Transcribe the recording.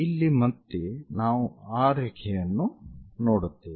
ಇಲ್ಲಿ ಮತ್ತೆ ನಾವು ಆ ರೇಖೆಯನ್ನು ನೋಡುತ್ತೇವೆ